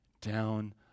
down